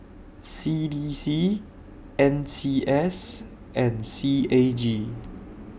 C D C N C S and C A G